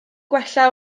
gwella